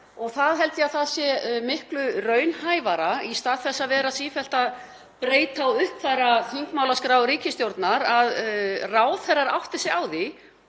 Það held ég að sé miklu raunhæfara í stað þess að vera sífellt að breyta og uppfæra þingmálaskrá ríkisstjórnar, að ráðherrar átti sig á því